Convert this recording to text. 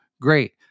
great